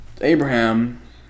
Abraham